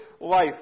life